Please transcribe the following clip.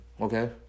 Okay